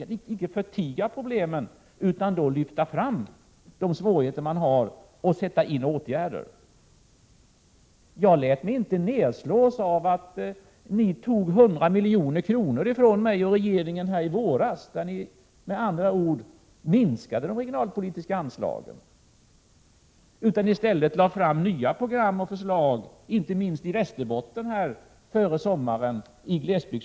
Man förtiger inte problemen, utan man lyfter fram svårigheterna och sätter in åtgärder. Jag lät mig inte nedslås av att ni tog 100 milj.kr. ifrån mig och regeringen i våras när ni med andra ord minskade de regionalpolitiska anslagen. Det lades före sommaren i stället fram nya program och förslag för glesbygdskommunerna, inte minst i Västerbotten.